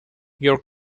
your